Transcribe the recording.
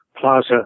plaza